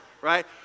right